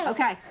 Okay